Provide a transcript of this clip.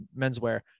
menswear